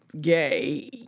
gay